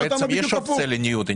יש אופציה לניוד.